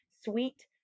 sweet